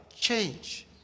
change